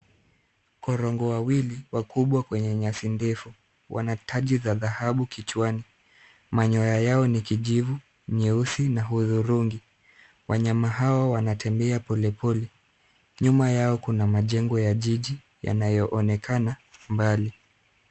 Korongo wawili wakubwa kwenye nyasi ndefu. Wana taji za dhahabu kichwani. Manyoya yao ni kijivu, nyeusi na hudhurungi. Wanyama hao wanatembea polepole. Nyuma yao kuna majengo ya jiji yanayoonekana mbali.